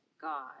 God